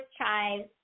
chives